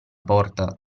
porta